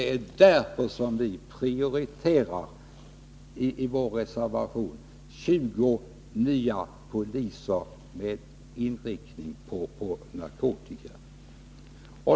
I vår reservation har vi av den anledningen prioriterat inrättandet av 20 nya polistjänster med inriktning på narkotika.